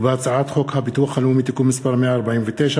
ובהצעת חוק הביטוח הלאומי (תיקון מס' 149),